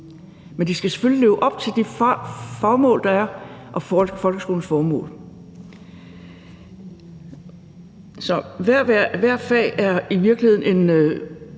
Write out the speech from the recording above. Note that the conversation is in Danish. Men de skal selvfølgelig leve op til det formål, der er, og folkeskolens formål. Så hvert fag er i virkeligheden en